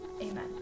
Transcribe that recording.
Amen